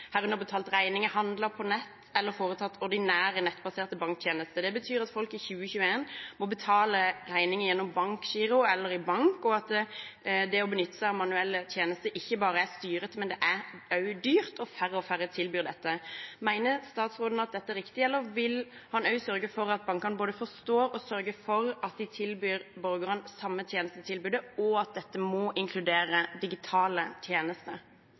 herunder betalt regninger, handlet på nett eller foretatt ordinære nettbaserte banktjenester. Det betyr at folk i 2021 må betale regninger gjennom bankgiro eller i bank, og at det å benytte seg av manuelle tjenester ikke bare er styrete, men også dyrt, og færre og færre tilbyr dette. Mener statsråden at dette er riktig, eller vil han også sørge for at bankene både forstår og tilbyr borgerne det samme tjenestetilbudet, og at dette må inkludere digitale tjenester?